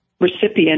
recipient